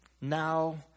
now